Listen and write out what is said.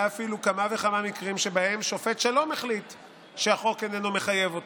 היו אפילו כמה וכמה מקרים שבהם שופט שלום החליט שהחוק איננו מחייב אותו,